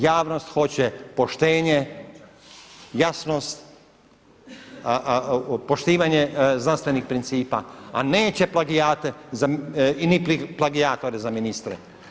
Javnost hoće poštenje, jasnost, poštivanje znanstvenih principa, a neće plagijate i ni plagijatore za ministre.